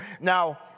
Now